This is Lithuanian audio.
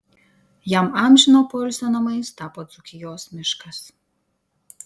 jam amžino poilsio namais tapo dzūkijos miškas